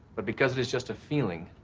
but because it is just a feeling,